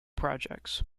projects